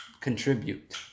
contribute